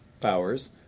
Powers